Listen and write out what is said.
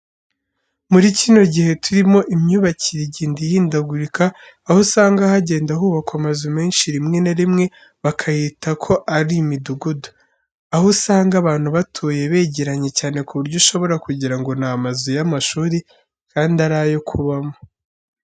Muri kino gihe turimo imyubakire igenda ihindagurika, aho usanga hagenda hubakwa amazu menshi rimwe na rimwe bakayita ko ari imidugudu, aho usanga abantu batuye begeranye cyane ku buryo ushobora kugira ngo ni amazu y'amashuri kandi ari ayo kubamo.